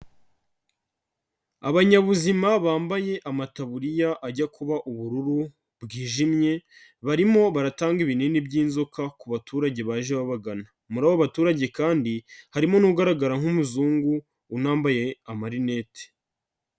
Abanyabuzima bambaye amataburiya ajya kuba ubururu bwijimye barimo baratanga ibinini by'inzoka ku baturage baje babagana, muri abo babaturage kandi harimo n'ugaragara nk'umuzungu unambaye amarinete.